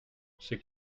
c’est